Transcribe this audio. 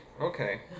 okay